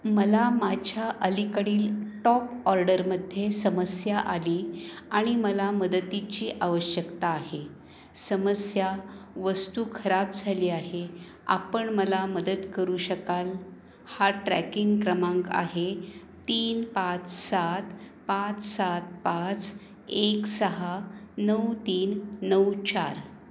मला माझ्या अलीकडील टॉप ऑर्डरमध्ये समस्या आली आणि मला मदतीची आवश्यकता आहे समस्या वस्तू खराब झाली आहे आपण मला मदत करू शकाल हा ट्रॅकिंग क्रमांक आहे तीन पाच सात पाच सात पाच एक सहा नऊ तीन नऊ चार